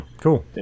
Cool